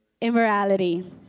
immorality